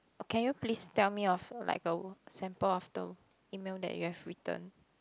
can you please tell me of like a sample of the email that you have written